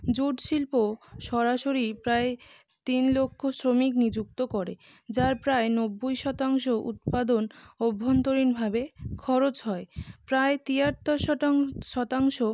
jute শিল্প সরাসরি প্রায় তিন লক্ষ শ্রমিক নিযুক্ত করে যার প্রায় নব্বই শতাংশ উৎপাদন অভ্যন্তরীণভাবে খরচ হয় প্রায় তিয়াত্তর শতাংশ